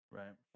right